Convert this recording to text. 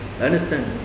Understand